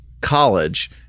college